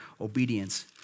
obedience